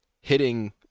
hitting